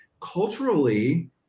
culturally